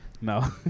No